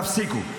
תפסיקו.